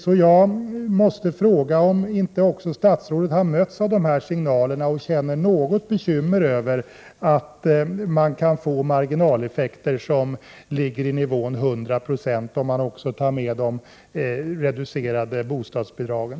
Jag vill fråga statsrådet om inte också han har mött signaler om detta och om inte också han känner sig något bekymrad över att man kan få 100 20 i marginaleffekt, om man också räknar med de reducerade bostadsbidragen.